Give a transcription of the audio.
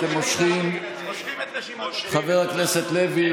אתם מושכים: חבר הכנסת לוי,